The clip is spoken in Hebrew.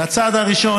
את הצעד הראשון.